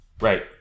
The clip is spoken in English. Right